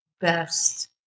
Best